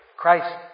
Christ